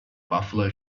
buffalo